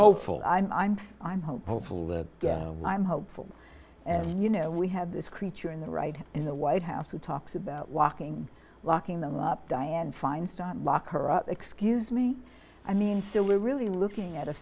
hopeful i'm i'm i'm hopeful that i'm hopeful and you know we have this creature in the right in the white house who talks about walking walking them up dianne feinstein lock her up excuse me i mean so we're really looking at a